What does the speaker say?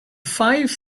five